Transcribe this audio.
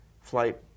flight